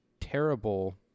terrible